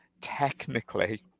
technically